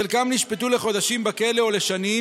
וחלקם נשפטו לחודשים בכלא או לשנים,